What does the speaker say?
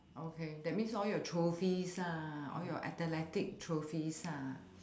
okay that means all your trophies lah all your athletics trophies ah